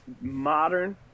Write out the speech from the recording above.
modern